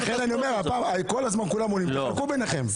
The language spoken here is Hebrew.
לכן אני אומר, תתחלקו ביניכם.